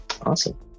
Awesome